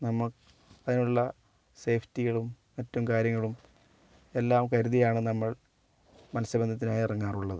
നമക്ക് അതിനുള്ള സേഫ്റ്റികളും മറ്റും കാര്യങ്ങളും എല്ലാം കരുതിയാണ് നമ്മൾ മത്സ്യ ബന്ധനത്തിന് ഇറങ്ങാറുള്ളത്